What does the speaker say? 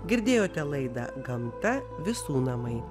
girdėjote laidą gamta visų namai